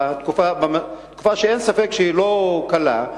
בתקופה שאין ספק שהיא לא קלה,